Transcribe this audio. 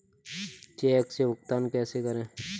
Check से भुगतान कैसे करें?